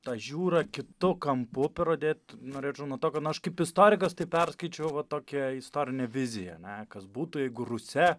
tą žiūrą kitu kampu pradėt norėčiau nuo to kad aš kaip istorikas tai perskaičiau va tokią istorinę viziją ne kas būtų jeigu rusia